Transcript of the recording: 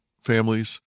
families